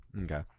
Okay